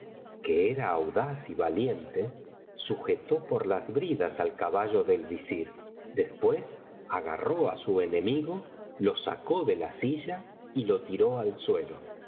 que era audaz y valiente sujetó por las bridas al caballo del visir después agarró á su enemigo lo sacó de la silla y lo tiró al suelo